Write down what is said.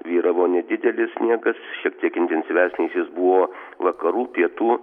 vyravo nedidelis sniegas šiek tiek intensyvesnis jis buvo vakarų pietų